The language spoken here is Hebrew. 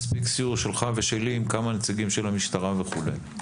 מספיק סיור שלך ושלי עם כמה נציגים של המשטרה וכולי.